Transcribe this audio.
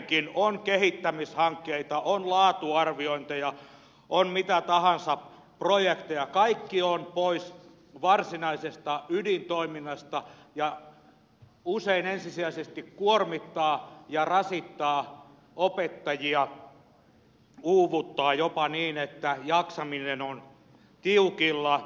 on kehittämishankkeita on laatuarviointeja on mitä tahansa projekteja kaikki on pois varsinaisesta ydintoiminnasta ja usein ensisijaisesti kuormittaa ja rasittaa opettajia uuvuttaa jopa niin että jaksaminen on tiukilla